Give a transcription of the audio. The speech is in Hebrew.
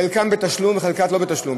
חלקם בתשלום וחלקם לא בתשלום,